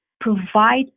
provide